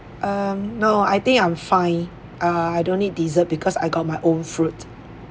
um no I think I'm fine err I don't need dessert because I got my own fruit